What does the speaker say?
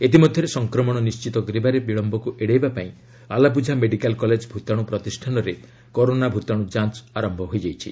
ଇତିମଧ୍ୟରେ ସଂକ୍ରମଣ ନିଣ୍ଚିତ କରିବାରେ ବିଳମ୍ବକୁ ଏଡେଇବା ପାଇଁ ଆଲାପୁଝା ମେଡିକାଲ କଲେକ ଭୂତାଣୁ ପ୍ରତିଷ୍ଠାନରେ କରୋନା ଭୂତାଣ୍ର ଯାଞ୍ଚ ଆରମ୍ଭ ହୋଇଯାଇଛି